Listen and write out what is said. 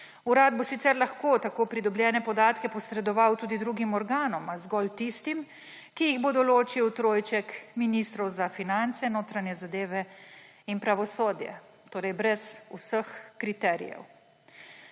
Urad bo sicer lahko tako pridobljene podatke posredoval tudi drugim organom, a zgolj tistim, ki jih bo določil trojček ministrov – za finance, notranje zadeve in pravosodje, torej brez vseh kriterijev.